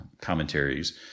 commentaries